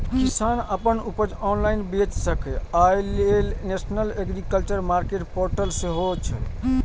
किसान अपन उपज ऑनलाइन बेच सकै, अय लेल नेशनल एग्रीकल्चर मार्केट पोर्टल सेहो छै